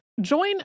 Join